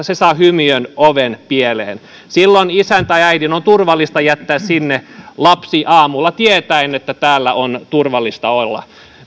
se saa hymiön oven pieleen silloin isän tai äidin on turvallista jättää sinne lapsi aamulla tietäen että siellä on turvallista olla